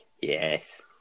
Yes